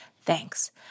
Thanks